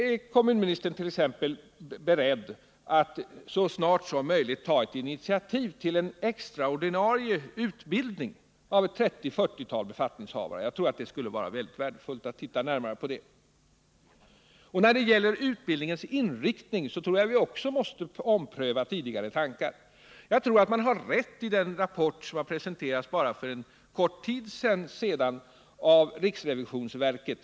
Är kommunministern t.ex. beredd att så snart som möjligt ta initiativ till en extra ordinarie utbildning av ett 30-40-tal befattningshavare? Jag tror att det skulle vara mycket värdefullt. När det gäller utbildningens inriktning tror jag att vi också måste ompröva tidigare tankar. Jag tror att man har rätt i den rapport som för bara en kort tid sedan presenterades av riksrevisionsverket.